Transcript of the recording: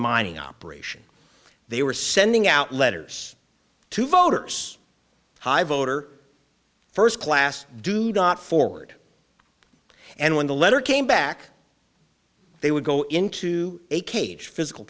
mining operation they were sending out letters to voters high voter first class do not forward and when the letter came back they would go into a cage physical